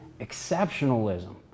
exceptionalism